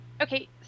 okay